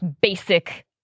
basic